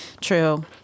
True